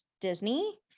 disney